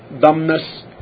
dumbness